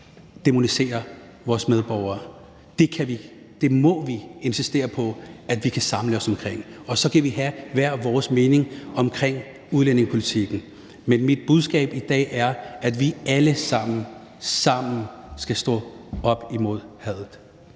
dæmonisere vores medborgere. Det kan vi – det må vi – insistere på at vi kan samle os omkring. Så kan vi have hver vores mening omkring udlændingepolitikken, men mit budskab i dag er, at vi alle sammen – sammen – skal stå op imod hadet.